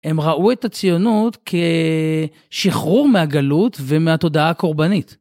הם ראו את הציונות כשחרור מהגלות ומהתודעה הקורבנית.